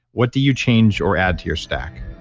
what do you change or add to your stack?